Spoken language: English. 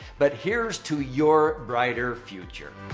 but here's to your brighter future.